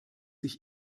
sich